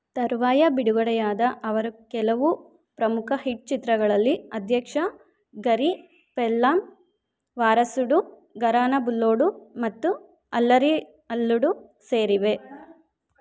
ತರುವಾಯ ಬಿಡುಗಡೆಯಾದ ಅವರು ಕೆಲವು ಪ್ರಮುಖ ಹಿಟ್ ಚಿತ್ರಗಳಲ್ಲಿ ಅಧ್ಯಕ್ಷ ಗರಿ ಪೆಲ್ಲಾಮ್ ವಾರಸುಡು ಗರಾನ ಬುಲ್ಲೋಡು ಮತ್ತು ಅಲ್ಲರಿ ಅಲ್ಲುಡು ಸೇರಿವೆ